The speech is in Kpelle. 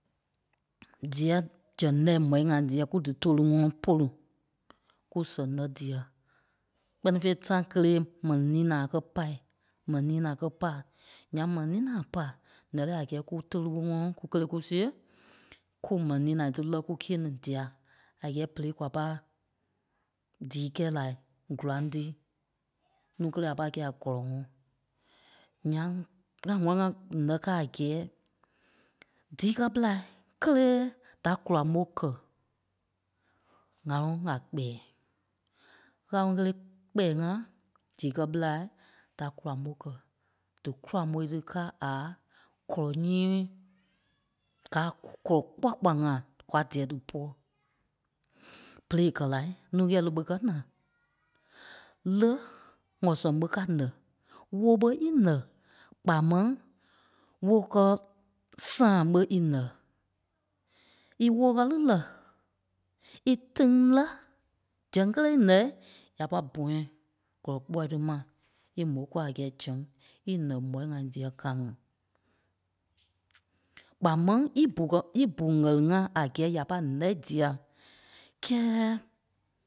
Diai zɛŋ lɛ́i mɔ̂i ŋai diai kú dí tóli ŋɔ́nɔ pôlu kú sɛŋ lɛ́ dîa, kpɛ́ni fêi tãi kélee mɛni nina a kɛ̀ pâi, mɛni nina kɛ́ pâ, ǹyaŋ mɛni nina a kɛ̀ pâi, nɛ́lɛɛi a gɛ́ɛ kú tóli ɓó ŋɔ́nɔ kú kélee kú sée kú m̀ɛni ninai tí lɛ́ kúkîe ni dîa, a gɛ́ɛ berei kwa pâi díi kɛ̂i lai góraŋ tí núu kélee a pâi kɛ̂i a gɔlɔŋɔɔ. Ǹyaŋ ŋa ŋ̀wɛ̂lii ŋá nɛ kâa a gɛ́ɛ díi kɛ́ ɓelai kélee da golaŋ ɓo kɛ̀ ŋàloŋ a kpɛ̀ɛ. ɣáloŋ kélee kpɛɛ ŋá, díi kɛ́ ɓelai da golaŋ ɓo kɛ̀. Dí kolaŋ ɓoi tí káa aâ kɔlɔ nyíi gáa a kɔlɔ kpua kpua ŋa kwa dɛ̀ɛ dípɔ. Berei è kɛ̀ lai, núu ɣɛɛlu ɓé kɛ̀ naai? Lé ŋɔ sɛŋ ɓé ká nɛ̀i? wóo ɓé í nɛ̀i, kpaa máŋ wóo kɛ́ sãa ɓé í nɛ̀i? Í wóo ɣɛli lɛ̀? Í tíŋ lɛ̀? zɛŋ kélee í nɛ̀i ya pâi bɔ̃yɛɛi gɔlɔ kpuai tí ma í mô kúa a gɛ́ɛ zɛŋ í nɛ̀ mɔ̂i ŋai diai ká ŋí. Kpaa máŋ í bù kɛ̀- í bù ŋ̀ɛli ŋá a gɛ́ɛ ya pâi nɛi dîa? Kɛ́ɛ.